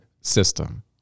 system